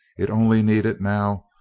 it only needed, now,